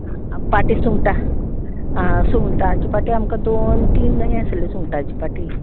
पाटी सुंगटां सुंगटांची पाटी आमकां दोन तीन जाय आसलीं सुंगटाची पाटी